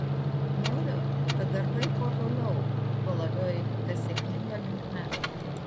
noriu kad darbai kuo toliau tuo labiau eitų ta sėkminga linkme